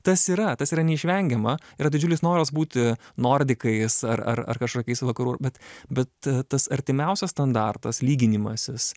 tas yra tas yra neišvengiama yra didžiulis noras būti nordikais ar ar ar kažkokiais vakarų bet bet tas artimiausias standartas lyginimasis